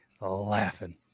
laughing